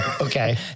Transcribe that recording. Okay